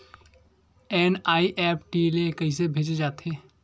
NEFT ले कइसे भेजे जाथे?